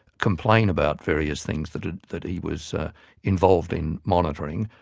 complain about various things that ah that he was involved in monitoring,